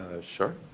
Sure